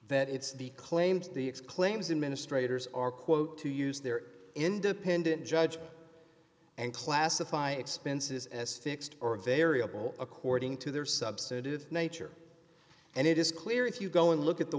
that it's the claims the its claims administrator is are quote to use their independent judgment and classify expenses as fixed or variable according to their substantive nature and it is clear if you go and look at the